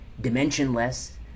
dimensionless